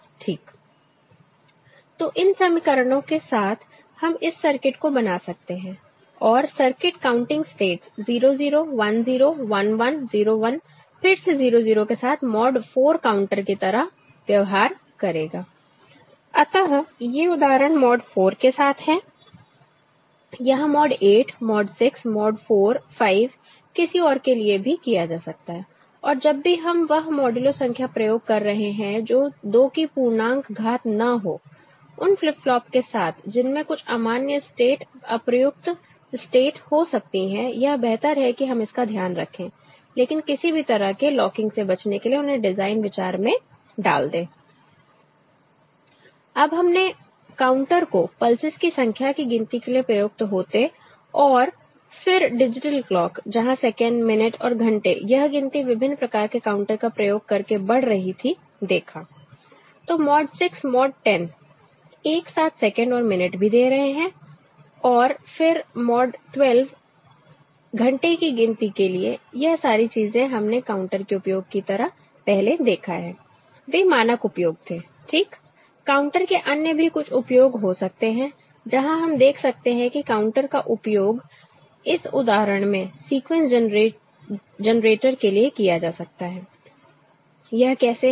ठीक तो इन समीकरणों के साथ हम इस सर्किट को बना सकते हैं और सर्किट काउंटिंग स्टेट्स 0 0 1 0 1 1 0 1 फिर से 0 0 के साथ मॉड 4 काउंटर की तरह व्यवहार करेगा ठीक अतःये उदाहरण मॉड 4 के साथ हैं यह मॉड 8 मॉड 6 मॉड 4 5 किसी और के लिए भी किया जा सकता है और जब भी हम वह मॉड्यूलो संख्या प्रयोग कर रहे हैं जो 2 की पूर्णांक घात न हो उन फ्लिप फ्लॉप के साथ जिनमें कुछ अमान्य स्टेट अप्रयुक्त स्टेट हो सकती हैं यह बेहतर है कि हम इसका ध्यान रखें लेकिन किसी भी तरह के लॉकिंग से बचने के लिए उन्हें डिजाइन विचार में डाल दें अब हमने काउंटर को पल्सेस की संख्या की गिनती के लिए प्रयुक्त होते और फिर डिजिटल क्लॉक जहां सेकंड मिनट और घंटे यह गिनती विभिन्न प्रकार के काउंटर का प्रयोग करके बढ़ रही थी देखा तो मॉड 6 मॉड 10 एक साथ सेकंड और मिनट भी दे रहे हैं और फिर मॉड 12 घंटे की गिनती के लिए यह सारी चीजें हमने काउंटर के उपयोग की तरह पहले देखा है वे मानक उपयोग थे ठीक काउंटर के अन्य भी कुछ उपयोग हो सकते हैं जहां हम देख सकते हैं कि काउंटर का उपयोग इस उदाहरण में सीक्वेंस जनरेटर के लिए किया जा सकता है यह कैसे है